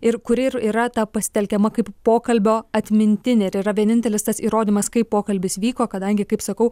ir kuri ir yra ta pasitelkiama kaip pokalbio atmintinė ir yra vienintelis tas įrodymas kaip pokalbis vyko kadangi kaip sakau